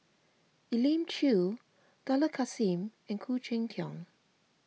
Elim Chew Dollah Kassim and Khoo Cheng Tiong